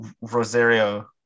rosario